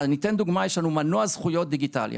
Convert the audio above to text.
אני אתן דוגמה, יש לנו מנוע זכויות דיגיטלי.